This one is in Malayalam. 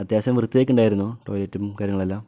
അത്യാവശ്യം വൃത്തിയൊക്കെ ഉണ്ടായിരുന്നു ടോയ്ലെറ്റും കാര്യങ്ങളെല്ലാം